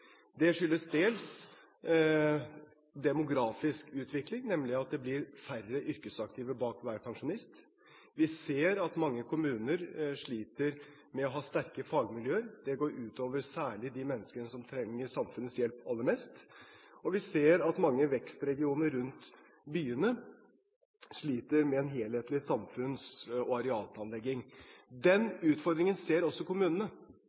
Det skyldes dels den demografiske utviklingen, nemlig at det blir færre yrkesaktive bak hver pensjonist. Vi ser at mange kommuner sliter med å ha sterke fagmiljøer – det går særlig ut over de menneskene som trenger samfunnets hjelp aller mest – og vi ser at mange vekstregioner rundt byene sliter med en helhetlig samfunns- og arealplanlegging. Den utfordringen ser også kommunene.